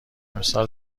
امسالم